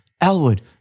Elwood